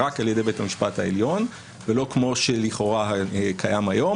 רק על ידי בית המשפט העליון ולא כמו שלכאורה קיים היום